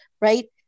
right